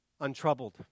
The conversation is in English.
untroubled